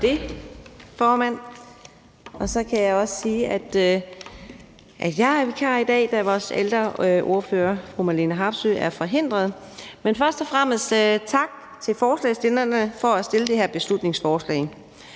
Tak for det, formand. Så kan jeg også sige, at jeg er vikar i dag, da vores ældreordfører, fru Marlene Harpsøe, er forhindret. Men først og fremmest tak til forslagsstillerne for at fremsætte det her beslutningsforslag.